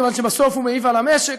כיוון שבסוף זה מעיב על המשק,